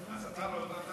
אז אתה רואה אותם,